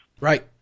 Right